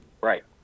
Right